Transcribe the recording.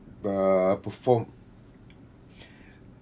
err perform